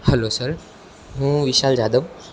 hello sir હું વિશાલ જાદવ